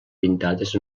pintades